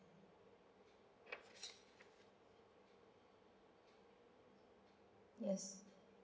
yes